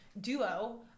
duo